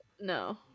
No